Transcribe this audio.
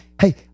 Hey